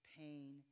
pain